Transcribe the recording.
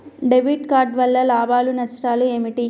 Debit card వల్ల లాభాలు నష్టాలు ఏమిటి?